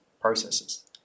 processes